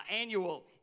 annual